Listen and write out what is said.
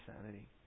sanity